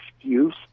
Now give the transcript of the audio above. excuse